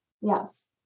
Yes